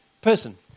person